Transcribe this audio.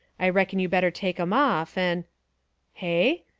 i reckon you better take em off, and hey?